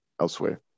elsewhere